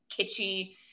kitschy